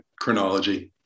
chronology